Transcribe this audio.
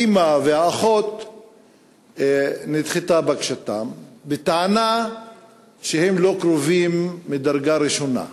בקשתן של האימא והאחות נדחתה בטענה שהן לא קרובות מדרגה ראשונה.